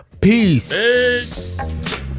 Peace